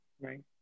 Right